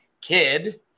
kid